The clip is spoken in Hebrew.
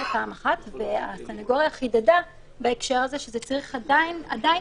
זה פעם אחת והסנגוריה חידדה בהקשר הזה שעדיין